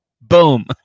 boom